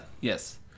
yes